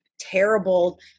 terrible